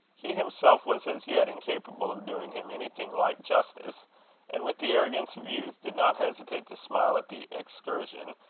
he himself was as yet incapable of doing him anything like justice and, with the arrogance of youth, did not hesitate to smile at the excursion,